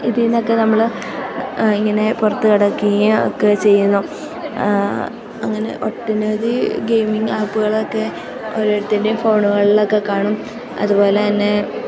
ഇതിൽ നിന്നൊക്കെ നമ്മൾ ഇങ്ങനെ പുറത്ത് കടക്കുകയും ഒക്കെ ചെയ്യുന്നു അങ്ങനെ ഒട്ടനവധി ഗെയിമിങ്ങാപ്പുകളൊക്കെ ഓരോരുത്തരുടെയും ഫോണുകളൊക്കെ കാണും അതു പോലെ തന്നെ